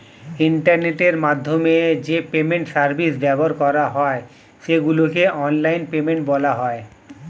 ইন্টারনেটের মাধ্যমে যে পেমেন্ট সার্ভিস ব্যবহার করা হয় সেগুলোকে অনলাইন পেমেন্ট বলা হয়